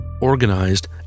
organized